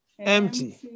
empty